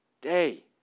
day